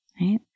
right